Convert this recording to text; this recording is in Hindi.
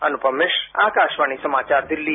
अनुपम मिश्र आकाशवाणी समाचार दिल्ली